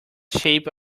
shape